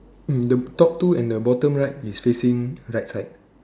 mm the top two and the bottom right is facing right side